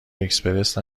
اکسپرس